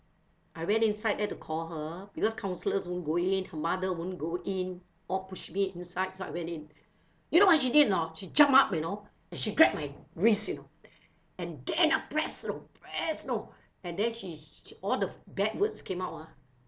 I went inside there to call her because counsellors won't go in her mother won't go in all push me inside so I went in you know what she did or not she jump up you know and she grabbed my wrist you know and then ah press you know press you know and then she's all the bad words came out ah